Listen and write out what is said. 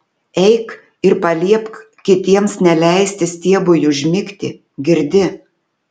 eik ir paliepk kitiems neleisti stiebui užmigti girdi